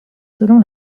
selon